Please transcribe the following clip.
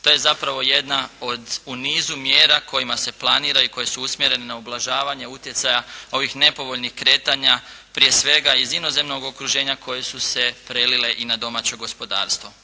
To je zapravo jedna od u nizu mjera kojima se planira i koje su usmjerene na ublažavanje utjecaja ovih nepovoljnih kretanja prije svega iz inozemnog okruženja koje su se prelile i na domaće gospodarstvo.